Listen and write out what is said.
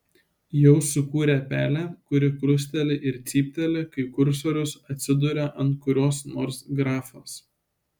jau sukūrė pelę kuri krusteli ir cypteli kai kursorius atsiduria ant kurios nors grafos